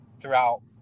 throughout